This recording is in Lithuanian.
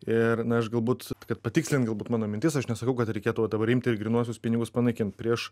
ir na aš galbūt kad patikslint galbūt mano mintis aš nesakau kad reikėtų dabar imti ir grynuosius pinigus panaikint prieš